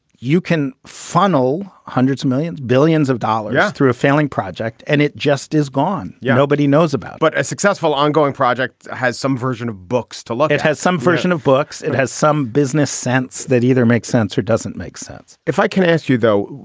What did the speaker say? you can funnel hundreds of millions, billions of dollars through a failing project and it just is gone. yeah nobody knows about. but a successful ongoing project has some version of books to look at, has some version of books. it has some business sense that either makes sense or doesn't make sense if i can ask you, though,